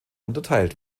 unterteilt